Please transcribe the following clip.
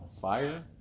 fire